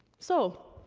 so,